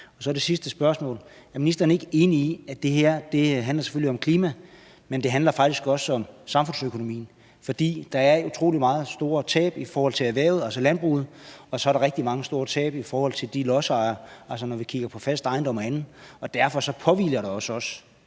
det sidste spørgsmål: Er ministeren ikke enig i, at det her selvfølgelig handler om klima, men at det faktisk også handler om samfundsøkonomien? For der er utrolig store tab i forhold til erhvervet, altså landbruget, og så er der rigtig mange store tab i forhold til lodsejerne, altså når vi kigger på fast ejendom og andet. Derfor påhviler der os også